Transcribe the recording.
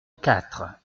quatre